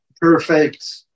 perfect